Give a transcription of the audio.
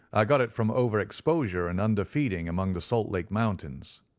i got it from over-exposure and under-feeding among the salt lake mountains.